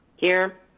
here.